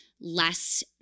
less